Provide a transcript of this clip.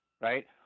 right